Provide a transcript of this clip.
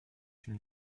une